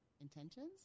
intentions